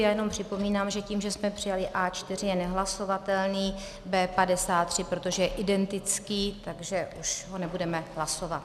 Jenom připomínám, že tím, že jsme přijali A4, je nehlasovatelný B53, protože je identický, takže už ho nebudeme hlasovat.